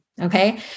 okay